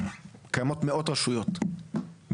קיימות מאוד רשויות,